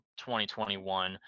2021